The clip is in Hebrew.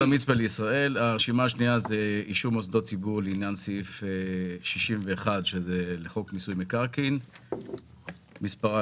61 לעניין חוק מיסיו מקרקעין שמספרה